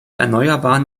erneuerbaren